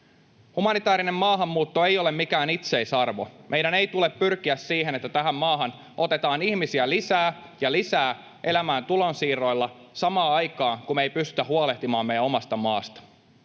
Humanitäärinen maahanmuutto ei ole mikään itseisarvo. Meidän ei tule pyrkiä siihen, että tähän maahan otetaan ihmisiä lisää ja lisää elämään tulonsiirroilla samaan aikaan, kun me ei pystytä huolehtimaan meidän omasta maastamme.